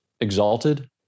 exalted